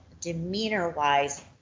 demeanor-wise